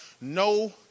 no